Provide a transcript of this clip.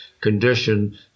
condition